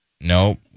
Nope